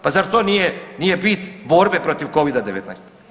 Pa zar to nije bit borbe protiv covida-10?